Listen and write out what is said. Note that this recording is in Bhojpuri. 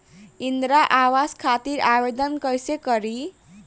इंद्रा आवास खातिर आवेदन कइसे करि?